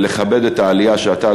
ולכבד את העלייה שאתה,